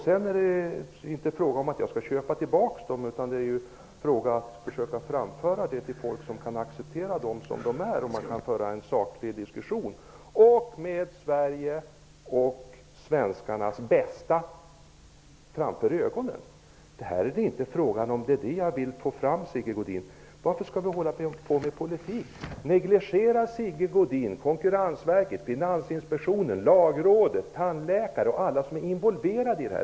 Sedan är det inte frågan om att jag skall köpa tillbaks dem. Det är ju frågan om att försöka framföra dem till folk som kan acceptera dem som de är, så att vi kan föra en saklig diskussion med Sveriges och svenskarnas bästa framför ögonen. Varför skall vi hålla på med politik, Sigge Godin? Finansinspektionen, Lagrådet, tandläkare och alla som är involverade i detta?